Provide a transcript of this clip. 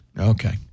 Okay